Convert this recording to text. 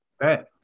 right